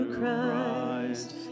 Christ